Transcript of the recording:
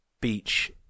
beach